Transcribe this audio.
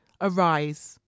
arise